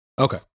Okay